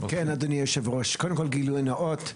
כן אדוני היו"ר, קודם כל גילוי נאות,